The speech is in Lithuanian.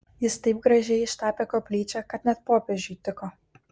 jis taip gražiai ištapė koplyčią kad net popiežiui tiko